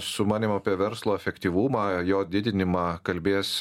su manim apie verslo efektyvumą jo didinimą kalbės